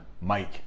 Mike